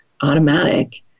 automatic